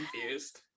confused